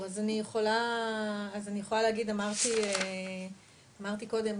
אמרתי קודם,